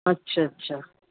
अच्छा अच्छा